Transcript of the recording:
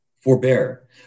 forbear